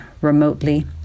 remotely